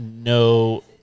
no